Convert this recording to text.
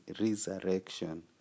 resurrection